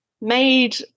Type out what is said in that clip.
made